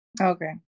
Okay